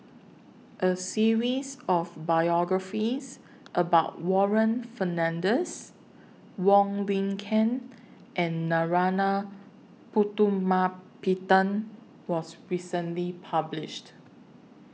A series of biographies about Warren Fernandez Wong Lin Ken and Narana Putumaippittan was recently published